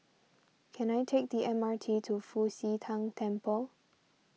can I take the M R T to Fu Xi Tang Temple